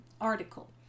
article